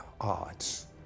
odds